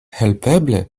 helpeble